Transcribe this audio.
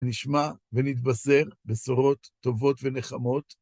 נשמע ונתבשר בשורות טובות ונחמות.